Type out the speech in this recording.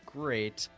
great